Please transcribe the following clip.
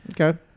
Okay